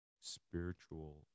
spiritual